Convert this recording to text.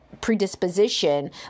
predisposition